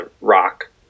rock